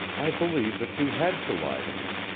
i believe that you had to lie to me.